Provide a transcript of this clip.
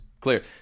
clear